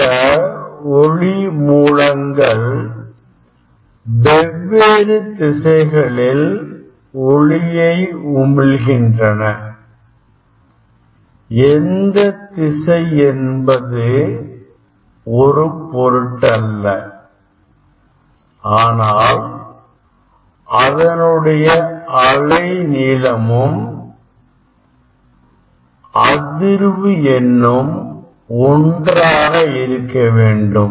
இந்த ஒளி மூலங்கள் வெவ்வேறு திசைகளில் ஒளியை உமிழ்கின்றன எந்த திசை என்பது ஒரு பொருட்டல்ல ஆனால் அதனுடைய அலை நீளமும் அதிர்வு என்னும் ஒன்றாக இருக்க வேண்டும்